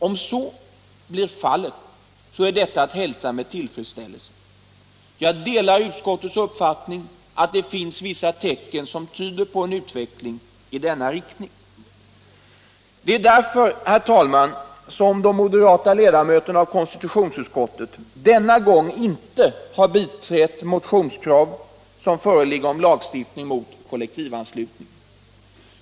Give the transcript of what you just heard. Om så blir fallet är detta att hälsa med tillfredsställelse. Jag delar utskottets uppfattning att det finns vissa tecken som tyder på en utveckling i den riktningen. Det är mot denna bakgrund, herr talman, som de moderata ledamöterna av konstitutionsutskottet denna gång inte har biträtt det motionskrav som föreligger om lagstiftning mot kollektivanslutning.